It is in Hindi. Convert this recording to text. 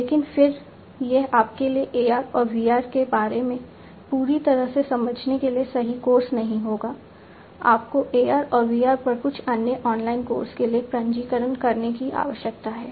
लेकिन फिर यह आपके लिए AR और VR के बारे में पूरी तरह से समझने के लिए सही कोर्स नहीं होगा आपको AR और VR पर कुछ अन्य ऑनलाइन कोर्स के लिए पंजीकरण करने की आवश्यकता है